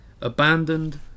Abandoned